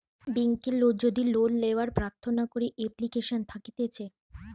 বেংকে যদি লোন লেওয়ার প্রার্থনা করে এপ্লিকেশন থাকতিছে